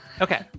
okay